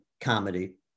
comedy